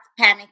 panicking